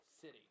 city